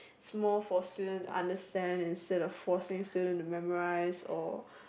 small for student to understand instead of forcing student to memorize or